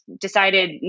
decided